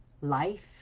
life